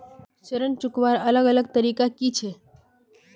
ऋण चुकवार अलग अलग तरीका कि छे?